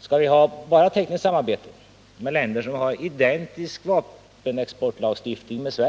Skall vi ha tekniskt samarbete bara med länder som har en vapenexportlagstiftning som är identisk med